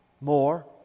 More